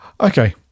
Okay